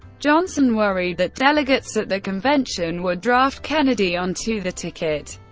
johnson, worried that delegates at the convention would draft kennedy onto the ticket,